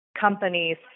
companies